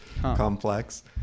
complex